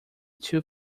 two